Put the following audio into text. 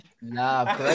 Nah